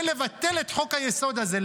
ולבטל את חוק-היסוד הזה,